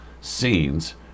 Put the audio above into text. scenes